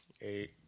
Eight